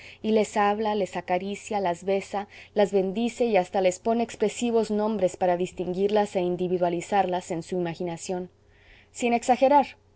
y les habla las acaricia las besa las bendice y hasta les pone expresivos nombres para distinguirlas e individualizarlas en su imaginación sin exagerar